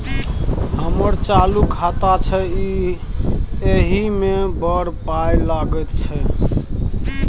हमर चालू खाता छै इ एहि मे बड़ पाय लगैत छै